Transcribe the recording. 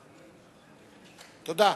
תודה.